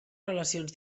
relacions